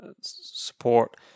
support